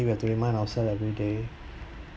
we have to remind ourselves every day